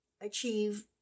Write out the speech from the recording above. achieve